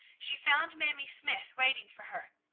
she found mamie smythe waiting for her.